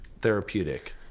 therapeutic